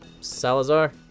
Salazar